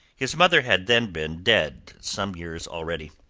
his mother had then been dead some years already.